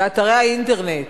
באתרי אינטרנט,